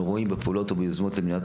אנחנו רואים בפעולות וביוזמות למניעת